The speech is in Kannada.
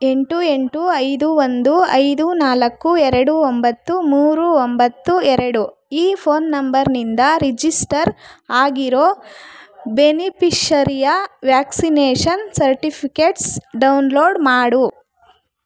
ಎಂಟು ಎಂಟು ಐದು ಒಂದು ಐದು ನಾಲ್ಕು ಎರಡು ಒಂಬತ್ತು ಮೂರು ಒಂಬತ್ತು ಎರಡು ಈ ಫೋನ್ ನಂಬರ್ನಿಂದ ರಿಜಿಸ್ಟರ್ ಆಗಿರೋ ಬೆನಿಪಿಷರಿಯ ವ್ಯಾಕ್ಸಿನೇಷನ್ ಸರ್ಟಿಫಿಕೇಟ್ಸ್ ಡೌನ್ಲೋಡ್ ಮಾಡು